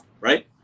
right